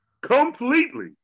completely